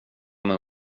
med